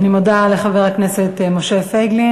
אני מודה לחבר הכנסת משה פייגלין.